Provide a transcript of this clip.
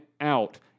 out